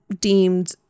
deemed